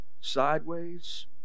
sideways